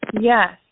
Yes